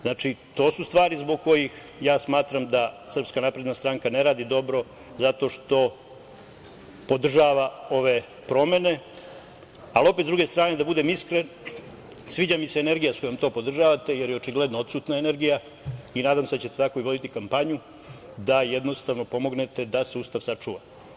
Znači, to su stvari zbog kojih ja smatram da SNS ne radi dobro zato što podržava ove promene, ali opet sa druge strane da budem iskren sviđa mi se energija sa kojom to podržavate, jer je očigledno odsutna energija i nadam se da ćete tako voditi kampanju da jednostavno pomognete da se Ustav sačuva.